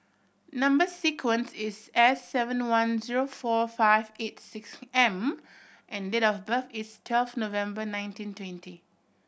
number sequence is S seven one zero four five eight six M and date of birth is twelve November nineteen twenty